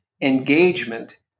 engagement